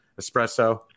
espresso